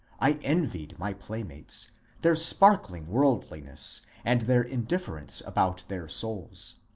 i envied my playmates their sparkling world liness and their indifference about their souls.